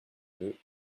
deux